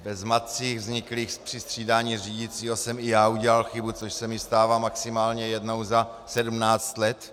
Ve zmatcích vzniklých při střídání řídícího jsem i já udělal chybu, což se mi stává maximálně jednou za 17 let.